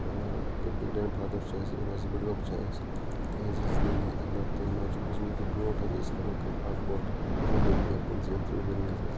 grand father چھُ اَسہِ یہِ حظ بٕڑِ بَب چھِ اسہِ تِہِنٛزِ زِنٛدَگِی اَنٛدَر تہِ مےٚ حظ چھِ بوزمُت یہِ بونٛٹھ زِ یہِ ٲسۍ کران کٲم اَز بونٛٹھ وُہ ؤری یا پٕنٛژٕہ یا تٕرہ ؤری